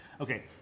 Okay